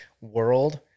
world